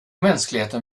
mänskligheten